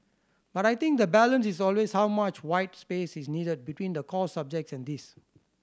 but I think the balance is always how much white space is needed between the core subjects and this